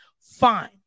fine